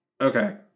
okay